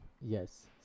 Yes